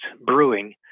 brewing